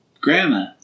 Grandma